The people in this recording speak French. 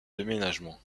déménagement